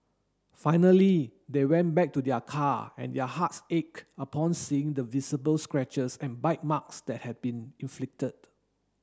finally they went back to their car and their hearts ached upon seeing the visible scratches and bite marks that had been inflicted